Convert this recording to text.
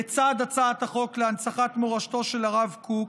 לצד הצעת החוק להנצחת מורשתו של הרב קוק,